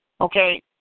Okay